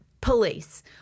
Police